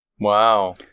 Wow